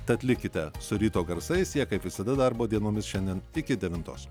tad likite su ryto garsais jie kaip visada darbo dienomis šiandien iki devintos